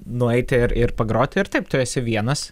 nueiti ir ir pagroti ir taip tu esi vienas